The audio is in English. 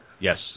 Yes